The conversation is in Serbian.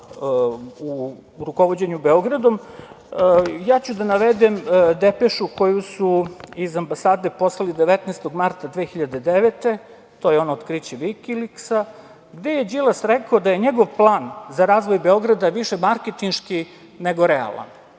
u rukovođenju Beogradom, ja ću da navedem depešu koju su iz ambasade poslali 19. marta 2009. godine, to je ono otkriće Vikiliksa, gde je Đilas rekao da je njegov plan za razvoj Beograda više marketinški nego realan.